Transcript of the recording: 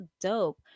dope